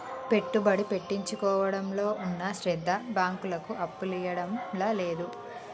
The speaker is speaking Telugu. పెట్టుబడి పెట్టించుకోవడంలో ఉన్న శ్రద్ద బాంకులకు అప్పులియ్యడంల లేదు